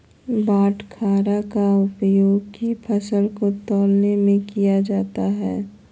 बाटखरा का उपयोग किस फसल को तौलने में किया जाता है?